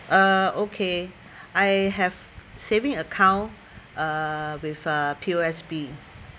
uh okay I have saving account uh with uh P_O_S_B